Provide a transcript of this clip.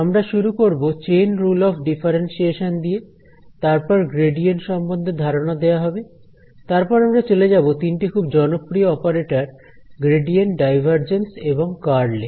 আমরা শুরু করব চেইন রুল অফ ডিফারেন্সিয়েশন দিয়ে তারপর গ্রেডিয়েন্ট সম্বন্ধে ধারণা দেয়া হবে তারপরে আমরা চলে যাব তিনটি খুব জনপ্রিয় অপারেটর গ্রেডিয়েন্ট ডাইভারজেন্স এবং কার্ল এ